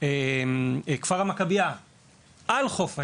כפר המכבייה על חוף הים,